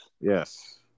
Yes